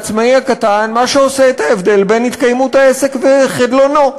העצמאי הקטן מה שעושה את ההבדל בין התקיימות העסק וחדלונו.